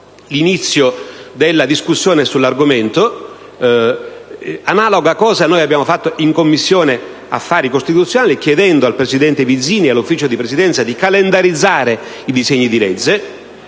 l'inizio della discussione sull'argomento. Analoga cosa abbiamo fatto in Commissione affari costituzionali chiedendo al presidente Vizzini e all'Ufficio di Presidenza di calendarizzare la discussione